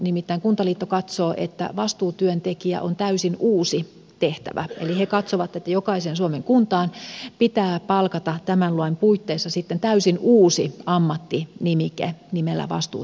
nimittäin kuntaliitto katsoo että vastuutyöntekijä on täysin uusi tehtävä eli he katsovat että jokaiseen suomen kuntaan pitää saada tämän lain puitteissa täysin uusi ammattinimike nimellä vastuutyöntekijät